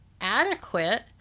adequate